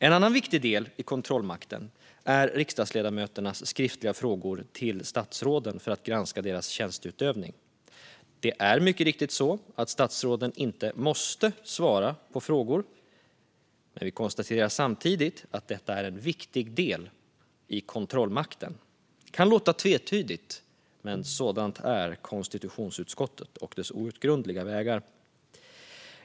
En annan viktig del i kontrollmakten är riksdagsledamöternas skriftliga frågor till statsråden för att granska deras tjänsteutövning. Det är mycket riktigt så att statsråden inte måste svara på frågor, men vi konstaterar samtidigt att detta är en viktig del i kontrollmakten. Det kan låta tvetydigt, men sådant är konstitutionsutskottet och dess outgrundliga vägar.